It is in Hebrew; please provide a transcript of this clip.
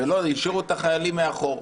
והשאירו את החיילים מאחור.